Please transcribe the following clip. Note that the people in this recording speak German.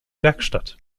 werkstatt